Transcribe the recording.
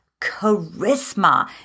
charisma